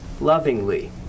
lovingly